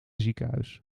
ziekenhuis